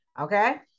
Okay